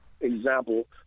example